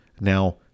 Now